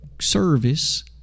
service